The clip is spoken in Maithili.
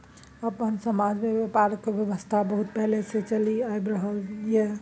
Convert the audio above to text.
अपन समाज में ब्यापारक व्यवस्था बहुत पहले से चलि आइब रहले ये